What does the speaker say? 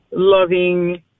loving